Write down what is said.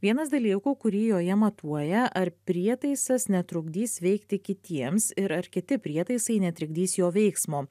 vienas dalykų kurį joje matuoja ar prietaisas netrukdys veikti kitiems ir ar kiti prietaisai netrikdys jo veiksmo